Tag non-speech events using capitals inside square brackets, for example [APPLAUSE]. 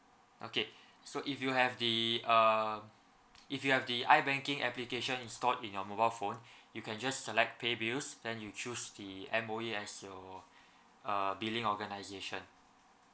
okay so if you have the uh if you have the I banking application installed in your mobile phone [BREATH] you can just select pay bills then you choose the M_O_E as your [BREATH] uh billing organisation